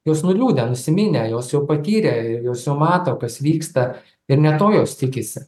jos nuliūdę nusiminę jos jau patyrę jos jau mato kas vyksta ir ne to jos tikisi